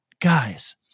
guys